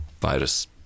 virus